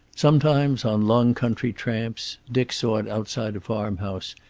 sometimes, on long country tramps, dick saw it outside a farmhouse,